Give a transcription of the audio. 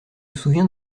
souviens